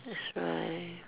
that's right